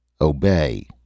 Obey